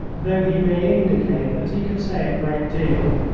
though he may indicate that he could say a great deal.